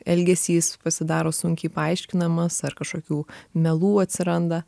elgesys pasidaro sunkiai paaiškinamas ar kažkokių melų atsiranda